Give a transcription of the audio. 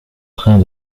train